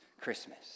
Christmas